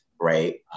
right